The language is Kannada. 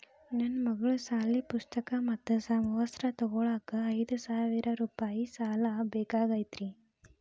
ನನ್ನ ಮಗಳ ಸಾಲಿ ಪುಸ್ತಕ್ ಮತ್ತ ಸಮವಸ್ತ್ರ ತೊಗೋಳಾಕ್ ಐದು ಸಾವಿರ ರೂಪಾಯಿ ಸಾಲ ಬೇಕಾಗೈತ್ರಿ